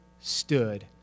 stood